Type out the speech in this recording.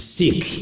sick